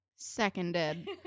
Seconded